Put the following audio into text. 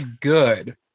good